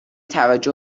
توجه